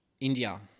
India